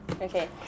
Okay